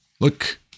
Look